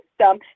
system